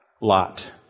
lot